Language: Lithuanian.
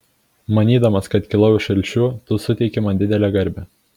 manydamas kad kilau iš alšių tu suteiki man didelę garbę